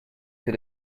que